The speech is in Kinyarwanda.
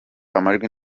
amajwi